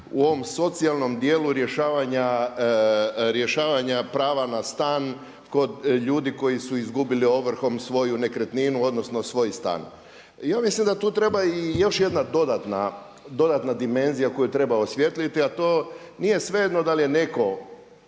u ovom socijalnom dijelu rješavanja prava na stan kod ljudi koji su izgubili ovrhom svoju nekretninu, odnosno svoj stan. Ja mislim da tu treba i još jedna dodatna dimenzija koju treba osvijetliti, a to nije svejedno da li je netko